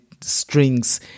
strings